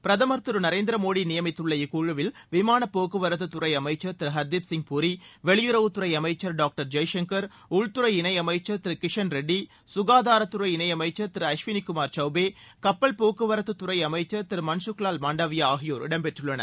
பிரதமர் திரு நரேந்திர மோடி நியமித்துள்ள இக்குழுவில் விமானப்போக்குவரத்துத் துறை அமைச்சர் திரு ஹர்திப் சிங் பூரி வெளியறவுத் துறை அளமச்சர் டாக்டர் ஜெயசங்கர் உள்துறை இணை அமைச்சர் திரு கிஷன் ரெட்டி சுகாதாரத் துறை இணை அமைச்சர் திரு அஷ்வினிகுமார் சவுபே கப்பல் போக்குவரத்துத் துறை அமைச்சர் திரு மன்சுக்வால் மான்டவியா ஆகியோர் இடம்பெற்றுள்ளனர்